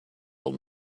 old